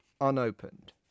unopened